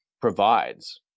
provides